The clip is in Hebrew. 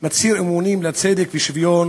מצהיר אמונים לצדק ושוויון